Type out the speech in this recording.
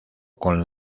con